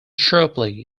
sharply